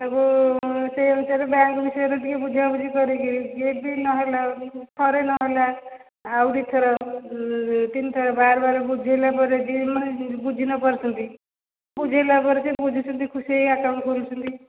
ତାଙ୍କୁ ସେଇ ଅନୁସାରେ ବ୍ୟାଙ୍କ ବିଷୟରେ ଟିକେ ବୁଝା ବୁଝି କରିକି ଯଦି ନହେଲା ଥରେ ନହେଲା ଆଉ ଦୁଇ ଥର ତିନି ଥର ବାରବାର ବୁଝେଇଲା ପରେ ମାନେ ଯିଏ ବୁଝି ନ ପାରୁଛନ୍ତି ବୁଝେଇଲା ପରେ ଯିଏ ବୁଝୁଛନ୍ତି ଖୁସି ହେଇ ଆକାଉଣ୍ଟ ଖୋଲୁଛନ୍ତି